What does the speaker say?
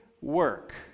work